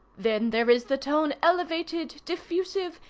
then there is the tone elevated, diffusive,